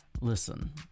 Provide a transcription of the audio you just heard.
Listen